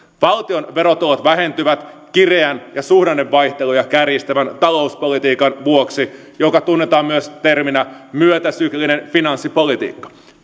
valtion verotulot vähentyvät kireän ja suhdannevaihteluja kärjistävän talouspolitiikan vuoksi joka tunnetaan myös terminä myötäsyklinen finanssipolitiikka